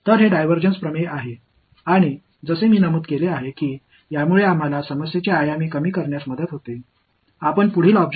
எனவே இது divergence theorem மற்றும் நான் குறிப்பிட்டது போல சிக்கலின் பரிமாணத்தை குறைக்க இது நமக்கு உதவுகிறது